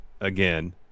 again